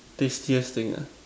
tastiest thing ah